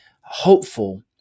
hopeful